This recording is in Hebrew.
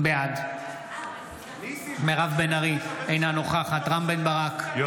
בעד מירב בן ארי, אינה נוכחת רם בן ברק,